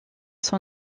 son